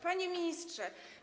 Panie Ministrze!